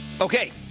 Okay